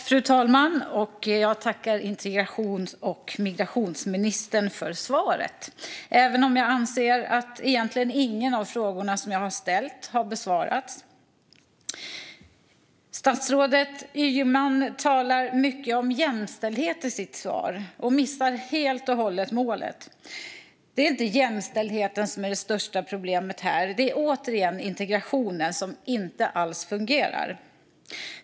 Fru talman! Jag tackar integrations och migrationsministern för svaret, även om jag anser att egentligen inte någon av de frågor som jag har ställt har besvarats. Statsrådet Ygeman talar mycket om jämställdhet i sitt svar och missar helt och hållet målet. Det är inte jämställdheten som är det största problemet här. Det är återigen integrationen som inte alls fungerar.